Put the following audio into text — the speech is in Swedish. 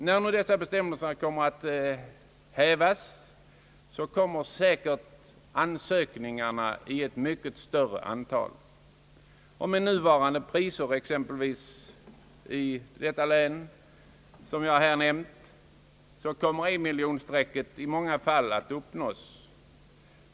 När nu dessa bestämmelser skall hävas kommer säkert ansökningar i ett mycket större antal. Med nuvarande priser exempelvis i det län som jag här nämnt, kommer lånesumman en miljon i många fall att uppnås.